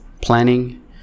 planning